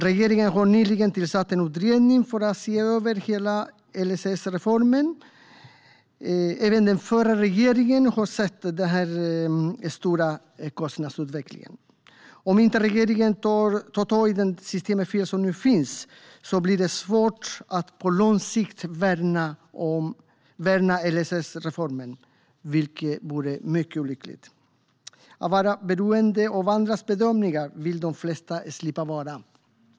Regeringen har nyligen tillsatt en utredning för att se över hela LSS-reformen. Även den förra regeringen har sett den snabba kostnadsutvecklingen. Om inte regeringen tar tag i de fel i systemet som nu finns blir det svårt att på lång sikt värna LSS-reformen, vilket vore mycket olyckligt. Att vara beroende av andras bedömningar vill de flesta slippa.